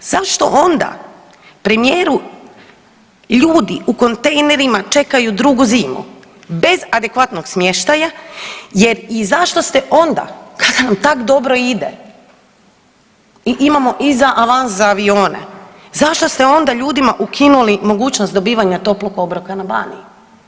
Zašto onda premijeru ljudi u kontejnerima čekaju drugu zimu bez adekvatnog smještaja i zašto ste onda kada vam tak dobro ide i imamo iza avans z a avione, zašto ste onda ljudima ukinuli mogućnost dobivanja toplog obroka na Baniji.